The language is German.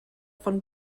von